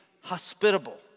hospitable